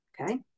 okay